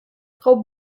frau